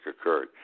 occurred